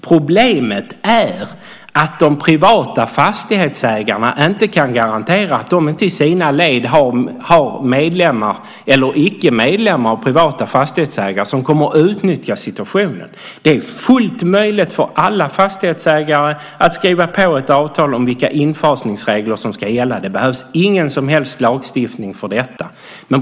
Problemet är att de privata fastighetsägarna inte kan garantera att de i sina led inte har medlemmar eller icke medlemmar och privata fastighetsägare som kommer att utnyttja situationen. Det är fullt möjligt för alla fastighetsägare att skriva på ett avtal om vilka infasningsregler som ska gälla. Det behövs ingen som helst lagstiftning för detta.